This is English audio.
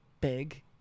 big